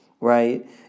right